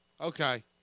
okay